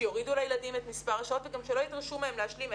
שיורידו לילדים את מספר השעות ושגם לא ידרשו מהם להשלים,